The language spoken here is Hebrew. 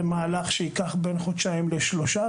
זה מהלך שייקח בין חודשיים לשלושה,